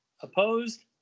Opposed